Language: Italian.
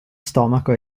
stomaco